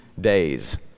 days